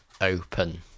open